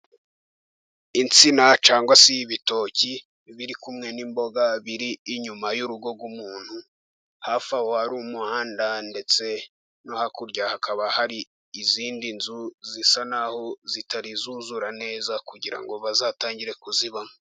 Insina cyangwa se ibitoki biri kumwe n'imboga biri inyuma y'urugo rw'umuntu hafi Aho hari ;umuhanda ndetse no hakurya hakaba hari iizindi nzu zisa naho zitari zuzura neza kugira ngo bazatangire kuzibamo.